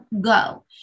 go